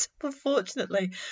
unfortunately